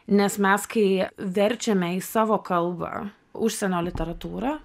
nes mes kai verčiame į savo kalbą užsienio literatūrą